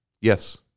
Yes